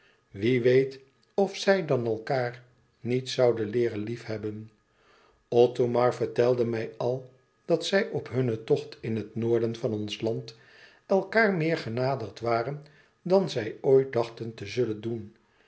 wie weet of zij dan elkaâr niet zouden leeren lief hebben othomar vertelde mij al dat zij op hunne tocht in het noorden van ons land elkaâr meer genaderd waren dan zij ooit dachten te zullen doen